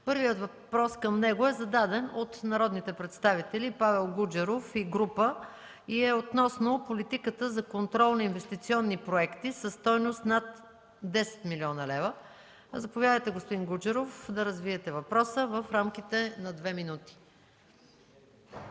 Първият въпрос към него е зададен от народните представители Павел Гуджеров и група и е относно политиката за контрол на инвестиционни проекти със стойност над 10 млн. лв. Заповядайте, господин Гуджеров, да развиете въпроса. ПАВЕЛ ГУДЖЕРОВ